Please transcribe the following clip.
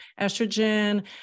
estrogen